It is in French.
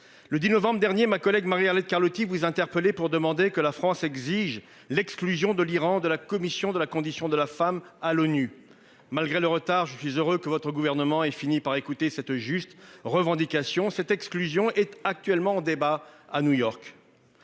Le 10 novembre dernier, ma collègue Marie-Arlette Carlotti vous interpeller pour demander que la France exige l'exclusion de l'Iran de la Commission de la condition de la femme à l'ONU, malgré le retard, je suis heureux que votre gouvernement fini par écouter cette juste revendication cette exclusion est actuellement en débat à New York.